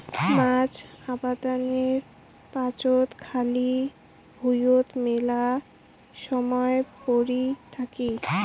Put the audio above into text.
মাছ আবাদের পাচত খালি ভুঁইয়ত মেলা সমায় পরি থাকি